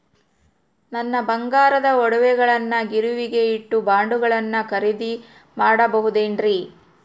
ನನ್ನ ಬಂಗಾರದ ಒಡವೆಗಳನ್ನ ಗಿರಿವಿಗೆ ಇಟ್ಟು ಬಾಂಡುಗಳನ್ನ ಖರೇದಿ ಮಾಡಬಹುದೇನ್ರಿ?